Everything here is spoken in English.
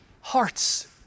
hearts